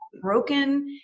broken